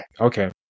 Okay